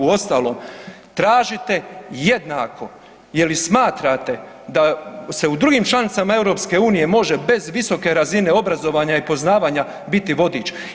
Uostalom, tražite jednako je li smatrate da se u drugim članicama EU može bez visoke razine obrazovanja i poznavanja biti vodič?